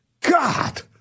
God